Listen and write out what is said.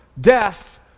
death